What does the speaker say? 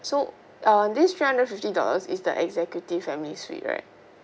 so uh this three hundred fifty dollars is the executive family suite right